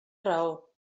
raó